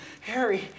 Harry